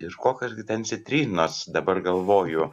iš kokios gi ten citrinos dabar galvoju